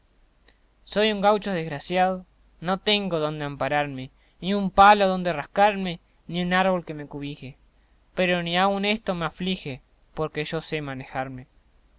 soy un gaucho desgraciao no tengo donde ampararme ni un palo donde rascarme ni un árbol que me cubije pero ni aun esto me aflige porque yo sé manejarme